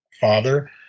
father